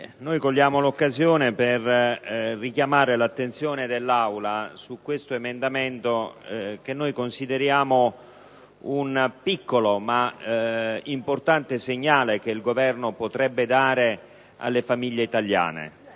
cogliamo l'occasione per richiamare l'attenzione dell'Aula su questo emendamento, che consideriamo un piccolo ma importante segnale che il Governo potrebbe dare alle famiglie italiane.